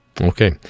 Okay